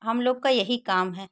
हम लोग का यही काम है